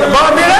נראה.